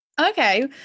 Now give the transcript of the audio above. Okay